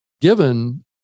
given